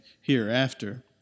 hereafter